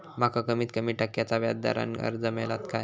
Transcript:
माका कमीत कमी टक्क्याच्या व्याज दरान कर्ज मेलात काय?